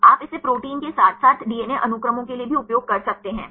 आप इसे प्रोटीन के साथ साथ डीएनए अनुक्रमों के लिए भी उपयोग कर सकते हैं